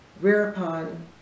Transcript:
Whereupon